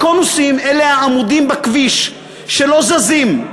הקונוסים אלה העמודים בכביש שלא זזים.